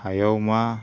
हायाव मा